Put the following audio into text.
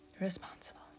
responsible